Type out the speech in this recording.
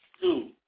Two